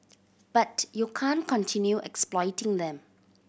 but you can't continue exploiting them